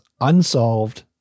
unsolved